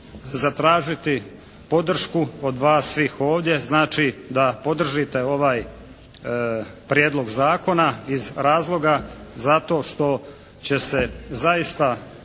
zatražiti podršku od vas svih ovdje, znači da podržite ovaj prijedlog zakona iz razloga zato što će se zaista